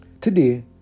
Today